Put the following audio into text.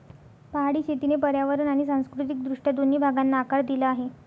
पहाडी शेतीने पर्यावरण आणि सांस्कृतिक दृष्ट्या दोन्ही भागांना आकार दिला आहे